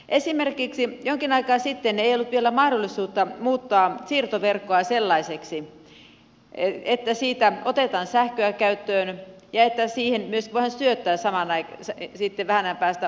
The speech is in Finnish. esimerkiksi jonkin aikaa sitten ei ollut vielä mahdollista muuttaa siirtoverkkoa sellaiseksi että siitä otetaan sähköä käyttöön ja siihen myös voidaan syöttää vähän ajan päästä omaa tuotantoa